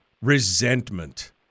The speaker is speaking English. Resentment